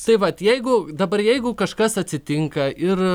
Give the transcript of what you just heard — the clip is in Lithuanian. tai vat jeigu dabar jeigu kažkas atsitinka ir